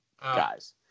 guys